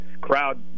crowd